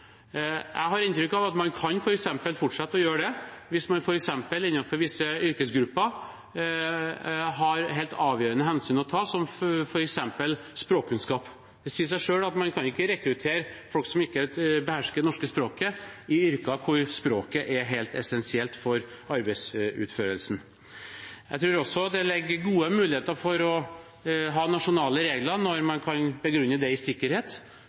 Jeg har inntrykk av at man kan fortsette å gjøre det, hvis man f.eks. innenfor visse yrkesgrupper har helt avgjørende hensyn å ta, som f.eks. språkkunnskap. Det sier seg selv at man ikke kan rekruttere folk som ikke behersker det norske språket, i yrker hvor språket er helt essensielt for arbeidsutførelsen. Jeg tror også det er gode muligheter for å ha nasjonale regler når man kan begrunne det i sikkerhet,